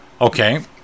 Okay